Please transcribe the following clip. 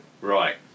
right